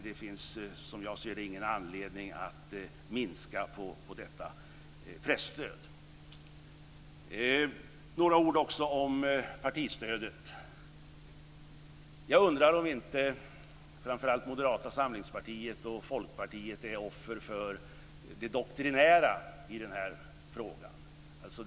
Det finns därför, som jag ser det, ingen anledning att minska på detta presstöd. Några ord också om partistödet. Jag undrar om inte framför allt Moderata samlingspartiet och Folkpartiet är offer för det doktrinära i den här frågan.